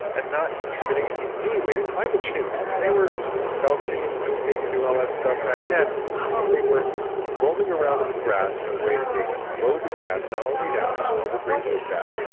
and not contributing in any way to climate change. and they were belching, and pooping, and doing all that stuff back then but they were roaming around in the grass in a way that they mowed the grass, not all the way down. and so overgrazing is bad.